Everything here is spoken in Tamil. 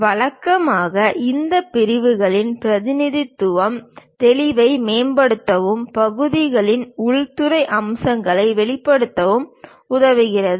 வழக்கமாக இந்த பிரிவுகளின் பிரதிநிதித்துவம் தெளிவை மேம்படுத்தவும் பகுதிகளின் உள்துறை அம்சங்களை வெளிப்படுத்தவும் உதவுகிறது